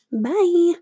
Bye